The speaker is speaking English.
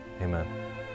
Amen